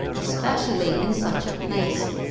especially in such a place.